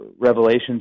revelations